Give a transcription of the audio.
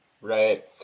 Right